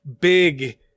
big